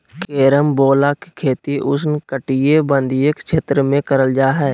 carambola के खेती उष्णकटिबंधीय क्षेत्र में करल जा हय